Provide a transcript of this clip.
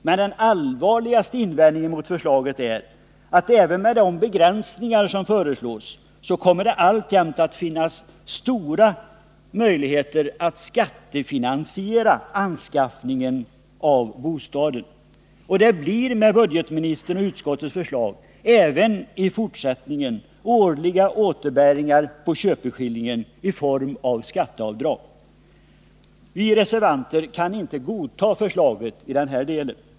Men den allvarligaste invändningen mot förslaget är, att även med de begränsningar som föreslås kommer det alltjämt att finnas stora möjligheter att skattefinansiera anskaffningen av bostaden. Det blir med budgetministerns och utskottets förslag även i fortsättningen årliga återbäringar på köpeskillingen i form av skatteavdrag. Vi reservanter kan inte godta förslaget i denna del.